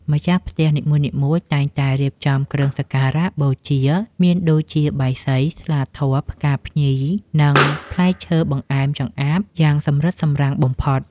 ម្ចាស់ផ្ទះនីមួយៗតែងតែរៀបចំគ្រឿងសក្ការបូជាមានដូចជាបាយសី ស្លាធម៌ ផ្កាភ្ញី និងផ្លែឈើបង្អែមចម្អាតយ៉ាងសម្រិតសម្រាំងបំផុត។